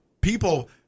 people